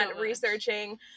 researching